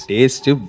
Taste